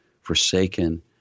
forsaken